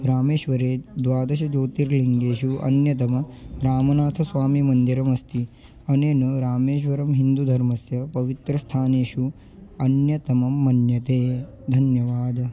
रामेश्वरे द्वादशज्योतिर्लिङ्गेषु अन्यतमं रामनाथस्वामिमन्दिरमस्ति अनेन रामेश्वरं हिन्दुधर्मस्य पवित्रस्थानेषु अन्यतमं मन्यते धन्यवादः